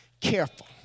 careful